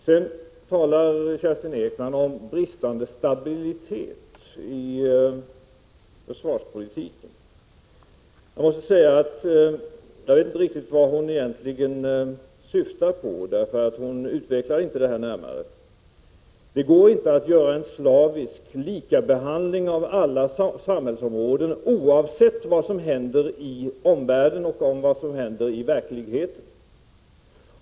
Sedan talar Kerstin Ekman om bristande stabilitet i försvarspolitiken. Jag vet inte riktigt vad hon egentligen syftar på, för hon utvecklar inte detta närmare. Det går inte att göra en slavisk likabehandling på alla samhällsområden oavsett vad som händer i omvärlden och vad som händer i verkligheten.